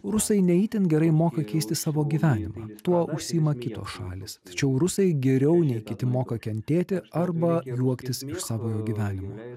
rusai ne itin gerai moka keisti savo gyvenimą tuo užsiima kitos šalys tačiau rusai geriau nei kiti moka kentėti arba juoktis iš savojo gyvenimo